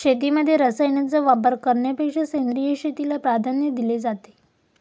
शेतीमध्ये रसायनांचा वापर करण्यापेक्षा सेंद्रिय शेतीला प्राधान्य दिले जाते